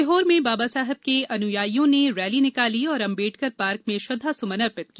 सीहोर में बाबा साहब के अनुयाईयों ने रैली निकाली और अंबेडकर पार्क में श्रद्धा सुमन अर्पित किया